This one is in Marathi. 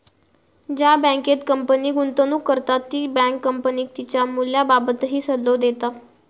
ज्या बँकेत कंपनी गुंतवणूक करता ती बँक कंपनीक तिच्या मूल्याबाबतही सल्लो देता